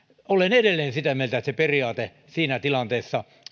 olen edelleen sitä mieltä että se periaate sopeutuksen mitoittamiseksi siinä tilanteessa